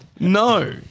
No